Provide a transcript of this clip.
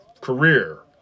career